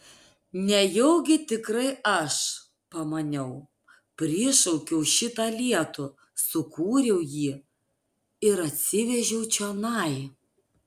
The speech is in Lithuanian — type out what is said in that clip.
nejaugi tikrai aš pamaniau prišaukiau šitą lietų sukūriau jį ir atsivežiau čionai